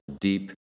deep